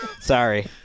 sorry